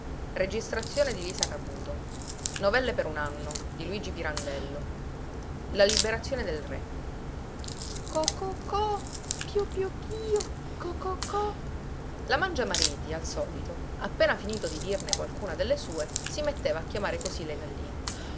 codesta mosca dalla fronte co co co pìo pìo pìo co co co la mangiamariti al solito appena finito di dirne qualcuna delle sue si metteva a chiamare così le galline